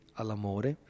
all'amore